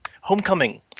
homecoming